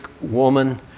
woman